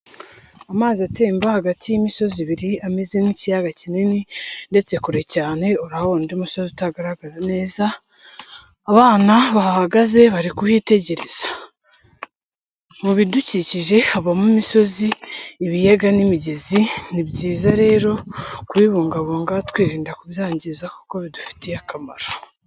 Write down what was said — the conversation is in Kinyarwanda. Amazi atemba hagati y'imisozi ibiri ameze nk'ikiyaga kinini ndetse kure cyane urahabona undi musozi utagaragara neza, abana bahagaze bari kuhiitegereza. Mu bidukikije habamo imisozi ibiyaga n'imigezi ni byiza rero kubibungabunga twirinda kubyangiza kuko bidufitiye akamaro.